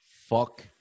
Fuck